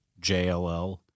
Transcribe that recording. JLL